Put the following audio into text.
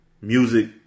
music